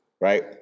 Right